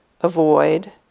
avoid